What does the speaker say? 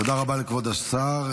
תודה רבה לכבוד השר.